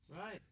Right